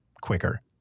quicker